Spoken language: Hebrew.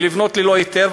ולבנות ללא היתר,